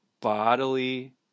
bodily